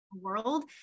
world